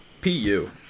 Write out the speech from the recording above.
P-U